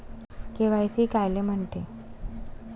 KYC कायले म्हनते?